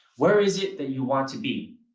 where is it that you want to be?